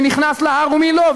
מי נכנס להר ומי לא,